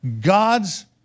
God's